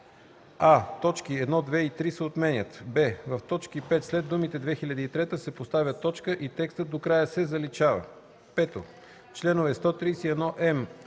а) точки 1, 2 и 3 се отменят; б) в т. 5 след думите „2003 г.“ се поставя точка и текстът до края се заличава. 5. Членове 131м,